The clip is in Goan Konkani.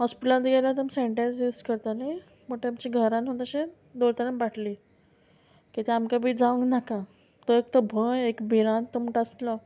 हॉस्पिटलांत सुद्दां गेल्यार तुमी सेनिटायज यूज करताली म्हणटगीर आमचे घरान तशें दवरतालें बाटली किद्या आमकां बी जावंक नाका तो एक तो भंय एक भिरांत तो म्हणटा तो आसलो